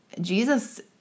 Jesus